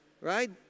Right